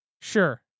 Sure